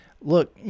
Look